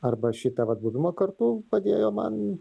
arba šitą vat buvimą kartu padėjo man